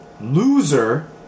loser